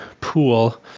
pool